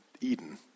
Eden